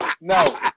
no